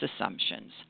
assumptions